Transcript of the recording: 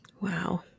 Wow